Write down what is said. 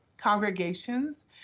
congregations